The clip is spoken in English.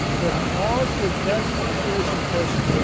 will cause the death of an innocent person.